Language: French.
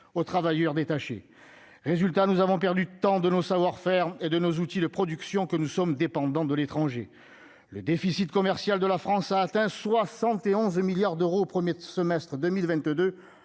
aux travailleurs détachés, résultat : nous avons perdu tant de nos savoir-faire et de nos outils de production que nous sommes dépendants de l'étranger, le déficit commercial de la France a atteint 71 milliards d'euros au 1er semestre 2022,